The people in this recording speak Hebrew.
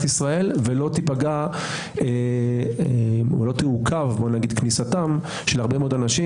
ישראל ולא תיפגע או לא תעוכב כניסתם של הרבה מאוד אנשים.